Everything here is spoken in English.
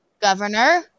governor